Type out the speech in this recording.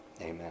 amen